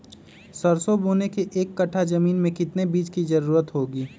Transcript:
सरसो बोने के एक कट्ठा जमीन में कितने बीज की जरूरत होंगी?